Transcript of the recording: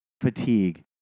fatigue